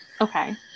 okay